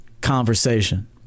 conversation